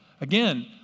Again